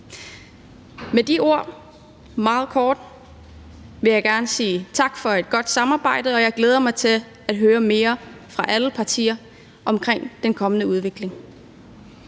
Med de ord vil jeg meget kort sige tak for et godt samarbejde; jeg glæder mig til at høre mere fra alle partier omkring den kommende udvikling.